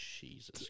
Jesus